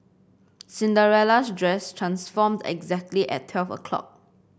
Cinderella's dress transformed exactly at twelve o'clock